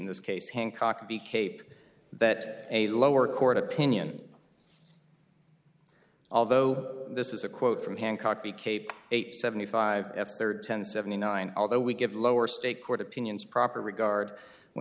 this case hancock v cape that a lower court opinion although this is a quote from hancock the cape eight seventy five f third ten seventy nine although we give lower state court opinions proper regard when